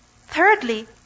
Thirdly